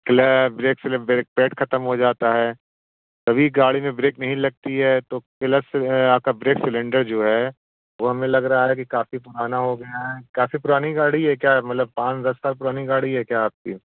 clay brake फ़िलिप brake pad ख़त्म हो जाता है तभी गाड़ी में ब्रेक नहीं लगती है तो किलच से आपका ब्रेक सिलेंडर जो है वो हमें लग रहा है कि काफ़ी पुराना हो गया है काफ़ी पुरानी गाड़ी है क्या मतलब पाँच दस साल पुरानी गाड़ी है क्या आपकी